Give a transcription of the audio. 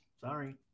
Sorry